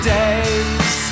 days